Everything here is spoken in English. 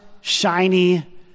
shiny